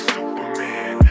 Superman